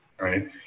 right